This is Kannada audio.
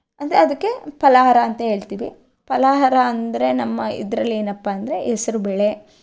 ಅಂದರೆ ಅದಕ್ಕೆ ಫಲಹಾರ ಅಂತ ಹೇಳ್ತೀವಿ ಫಲಹಾರ ಅಂದರೆ ನಮ್ಮ ಇದರಲ್ಲಿ ಏನಪ್ಪ ಅಂದರೆ ಹೆಸರು ಬೇಳೆ